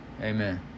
amen